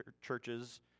churches